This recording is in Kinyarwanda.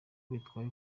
bitwaye